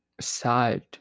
side